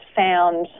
found